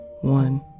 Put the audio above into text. One